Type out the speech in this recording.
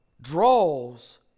draws